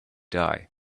die